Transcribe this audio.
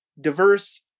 diverse